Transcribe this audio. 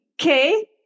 Okay